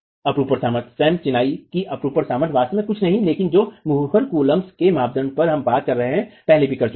अपरूपण सामर्थ्य स्वयं चिनाई की अपरूपण सामर्थ्य वास्तव में कुछ भी नहीं लेकिन जो मोहर कूलम्ब के मापदंडों पर हम बात कर रहे हैं पहले भी कर चुके है